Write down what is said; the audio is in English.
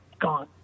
gone